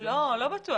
לא בטוח.